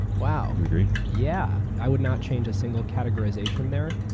wow. you agree? yeah. i would not change a single categorization there.